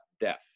death